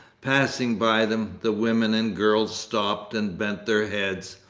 passing by them, the women and girls stopped and bent their heads.